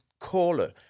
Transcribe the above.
caller